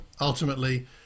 ultimately